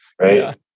Right